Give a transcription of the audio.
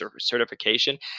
certification